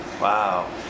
wow